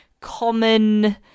common